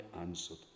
answered